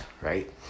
right